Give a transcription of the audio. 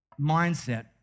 mindset